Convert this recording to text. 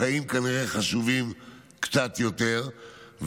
החיים כנראה חשובים קצת יותר,